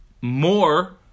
more